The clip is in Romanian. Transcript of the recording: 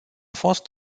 fost